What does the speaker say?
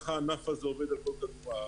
ככה הענף הזה עובד בכל כדור הארץ.